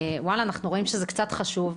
אנחנו רואים שזה קצת חשוב,